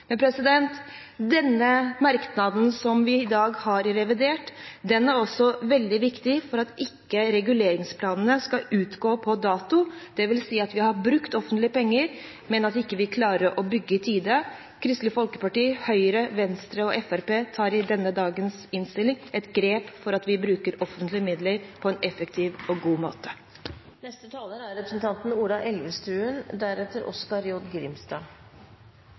Men denne merknaden som vi i dag har i revidert, er også veldig viktig for at ikke reguleringsplanene skal utgå på dato, dvs. at vi har brukt offentlige penger, men ikke klarer å bygge i tide. Kristelig Folkeparti, Høyre, Venstre og Fremskrittspartiet tar i dagens innstilling et grep for at vi bruker offentlige midler på en effektiv og god måte.